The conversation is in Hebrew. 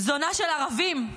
זונה של ערבים,